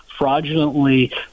fraudulently